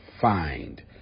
find